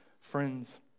friends